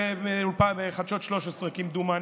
באולפן חדשות 13, כמדומני.